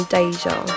Deja